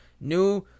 New